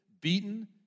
beaten